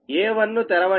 A1 ను తెరవండి